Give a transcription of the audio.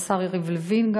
גם השר יריב לוין,